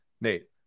Nate